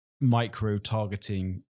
micro-targeting